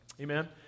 Amen